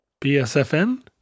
BSFN